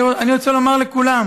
אני רוצה לומר לכולם